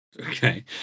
okay